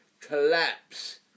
collapse